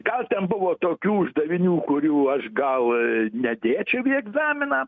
gal ten buvo tokių uždavinių kurių aš gal nedėčiau į egzaminą